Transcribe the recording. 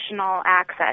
access